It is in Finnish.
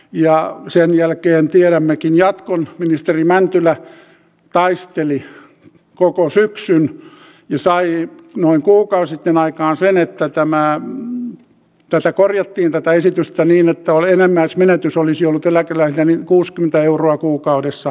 ja sen jälkeen tiedämmekin jatkon ministeri mäntylä taisteli ja koko syöksyn ja sai noin kuka sitten aikaan sen että tämää mm tasokorjattiin tätä esitystä niin että olemme naismenetys olisi ollut eläkeläisen kuuskymmentä euroa kuukaudessa